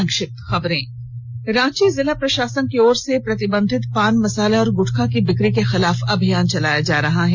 संक्षिप्त खबरें रांची जिला प्रशासन की ओर से प्रतिबंधित पान मशाला और ग्र्टखा की बिक्री के खिलाफ अभियान चलाया जा रहा है